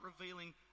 revealing